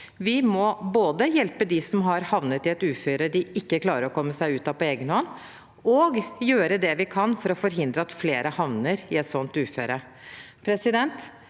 Vi må både hjelpe dem som har havnet i et uføre de ikke klarer å komme seg ut av på egen hånd, og gjøre det vi kan for å forhindre at flere havner i et sånt uføre.